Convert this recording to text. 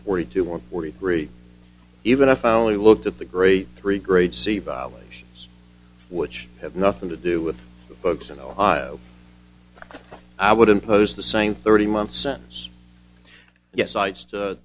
forty two or forty three even if i only looked at the great three grade c violations which have nothing to do with the folks in ohio i would impose the same thirty month sentence yet cites to